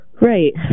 Right